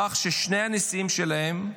בכך ששני הנשיאים שלהן,